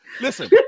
Listen